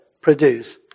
produce